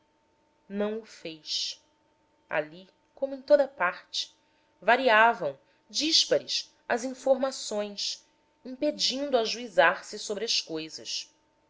o fez ali como em toda a parte variavam díspares as informações impedindo ajuizar se sobre as cousas